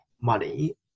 money